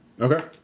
Okay